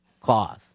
clause